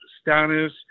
status